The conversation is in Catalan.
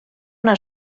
una